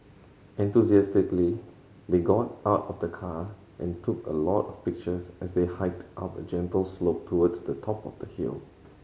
enthusiastically they got out of the car and took a lot of pictures as they hiked up a gentle slope towards the top of the hill